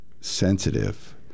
sensitive